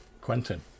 Quentin